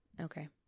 Okay